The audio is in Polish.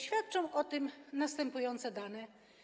Świadczą o tym następujące dane.